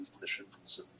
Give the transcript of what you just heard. missions